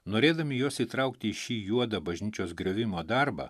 norėdami juos įtraukti į šį juodą bažnyčios griovimo darbą